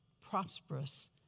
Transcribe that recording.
prosperous